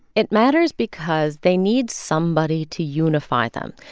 it matters because they need somebody to unify them.